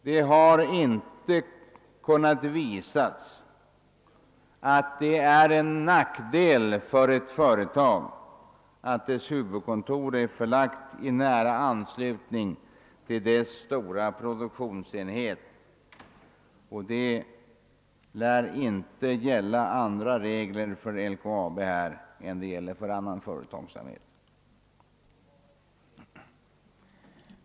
Det har inte kunnat bevisas, att det är en nackdel för ett företag att dess huvudkontor är förlagt i nära anslutning till företagets stora produktionsenhet, och det lär inte gälla andra regler för LKAB än för annan företagsamhet.